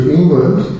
England